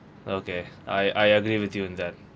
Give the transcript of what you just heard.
okay I I agree with you in that